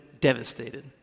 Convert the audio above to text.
devastated